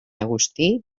agustí